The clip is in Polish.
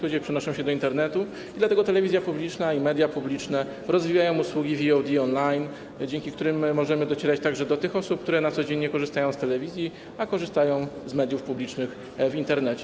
Ludzie przenoszą się do Internetu i dlatego telewizja publiczna i media publiczne rozwijają usługi VOD, on-line, dzięki którym możemy docierać także do tych osób, które na co dzień nie korzystają z telewizji, ale korzystają z mediów publicznych w Internecie.